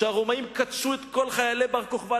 שהרומאים כתשו את כל חיילי בר-כוכבא,